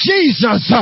Jesus